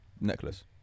necklace